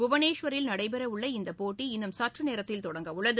புவனேஸ்வரில் நடைபெற உள்ள இந்த போட்டி இன்னும் சற்றுநேரத்தில் தொடங்க உள்ளது